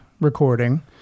recording